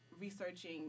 Researching